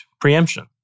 preemption